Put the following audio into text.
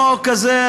חוק כזה,